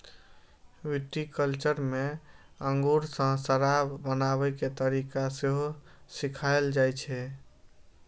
viticulture मे अंगूर सं शराब बनाबै के तरीका सेहो सिखाएल जाइ छै